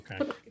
Okay